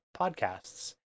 podcasts